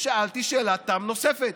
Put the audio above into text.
שאלתי שאלת תם נוספת: